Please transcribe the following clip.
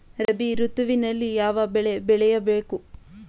ರಾಬಿ ಋತುವಿನಲ್ಲಿ ಯಾವ ಬೆಳೆ ಬೆಳೆಯ ಬೇಕು?